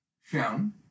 shown